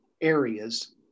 areas